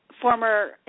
former